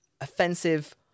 offensive